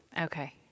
Okay